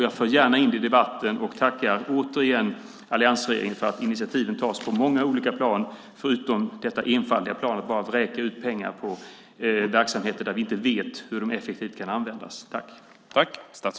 Jag för gärna in det i debatten och tackar återigen alliansregeringen för att initiativen tas på många olika plan i stället för det enfaldiga i att bara vräka ut pengar på verksamheter där vi inte vet hur de effektivt kan användas.